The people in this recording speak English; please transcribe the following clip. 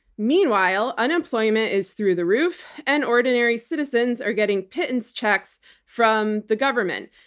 meanwhile, unemployment is through the roof and ordinary citizens are getting pittance checks from the government.